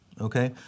okay